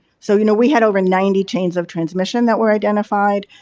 so, you know, we had over ninety chains of transmission that were identified.